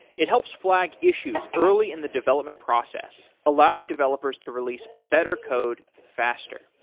it helps flag issues early in the development process, allowing developers to release better code faster.